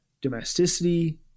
domesticity